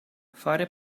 fare